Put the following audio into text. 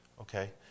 Okay